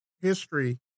history